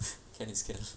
can it scare lah